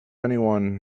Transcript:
anyone